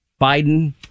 Biden